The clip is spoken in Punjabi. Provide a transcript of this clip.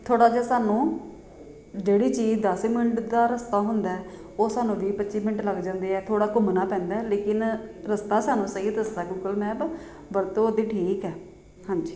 ਥੋੜ੍ਹਾ ਜਾ ਸਾਨੂੰ ਜਿਹੜੀ ਚੀਜ਼ ਦਸ ਮਿੰਟ ਦਾ ਰਸਤਾ ਹੁੰਦਾ ਉਹ ਸਾਨੂੰ ਵੀਹ ਪੱਚੀ ਮਿੰਟ ਲੱਗ ਜਾਂਦੇ ਆ ਥੋੜ੍ਹਾ ਘੁੰਮਣਾ ਪੈਂਦਾ ਲੇਕਿਨ ਰਸਤਾ ਸਾਨੂੰ ਸਹੀ ਦੱਸਦਾ ਗੂਗਲ ਮੈਪ ਵਰਤੋਂ ਇਹਦੀ ਠੀਕ ਹੈ ਹਾਂਜੀ